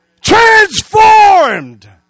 Transformed